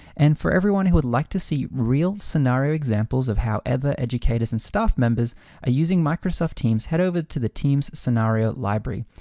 and for everyone who would like to see real scenario examples of however educators and staff members are using microsoft teams, head over to the teams scenario library,